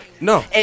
No